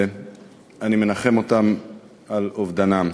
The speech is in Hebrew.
ואני מנחם אותם על אובדנם.